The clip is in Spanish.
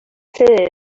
sede